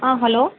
ஆ hello